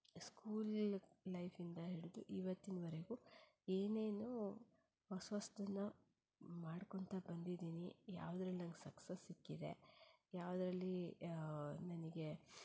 school ಲೈಫ್ಯಿಂದ ಹಿಡಿದು ಇವತ್ತಿನವರೆಗೂ ಏನೇನು ಹೊಸ ಹೊಸ್ತನ್ನ ಮಾಡ್ಕೊಳ್ತಾ ಬಂದಿದ್ದೀನಿ ಯಾವ್ದ್ರಲ್ಲಿ ನಂಗೆ ಸಕ್ಸಸ್ ಸಿಕ್ಕಿದೆ ಯಾವುದ್ರಲ್ಲಿ ನನಗೆ